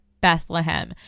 Bethlehem